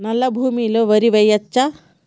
నల్లా భూమి లో వరి వేయచ్చా?